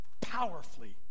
powerfully